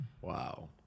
Wow